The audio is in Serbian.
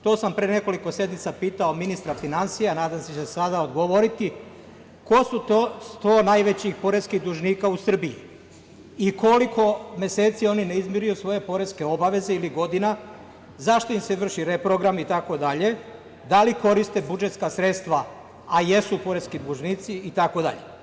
To sam pre nekoliko sednica pitao ministra finansija, nadam se da će sada odgovoriti, ko su 100 najvećih poreskih dužnika u Srbiji i koliko meseci oni ne izmiruju svoje poreske obaveze ili godina, zašto im se vrši reprogram, da li koriste budžetska sredstva, a jesu poresku dužnici itd?